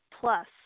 plus